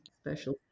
special